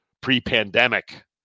pre-pandemic